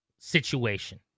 situation